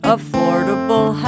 Affordable